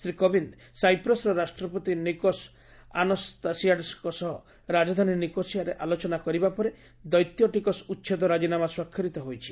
ଶ୍ରୀ କୋବିନ୍ଦ ସାଇପ୍ରସ୍ର ରାଷ୍ଟ୍ରପତି ନିକୋସ୍ ଆନସ୍ତାସିଆଡ୍ସଙ୍କ ସହ ରାଜଧାନୀ ନିକୋସିଆରେ ଆଲୋଚନା କରିବା ପରେ ଦ୍ଦେିତ ଟିକସ ଉଚ୍ଛେଦ ରାଜିନାମା ସ୍ୱାକ୍ଷରିତ ହୋଇଛି